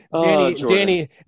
Danny